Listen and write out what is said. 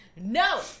No